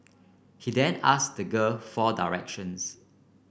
he then asked the girl for directions